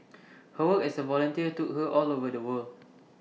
her work as A volunteer took her all over the world